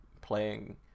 Playing